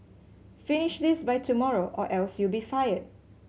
finish this by tomorrow or else you'll be fired